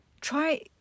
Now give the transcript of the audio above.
Try